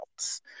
else